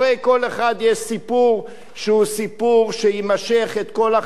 אחד יש סיפור שהוא סיפור שיימשך כל החיים,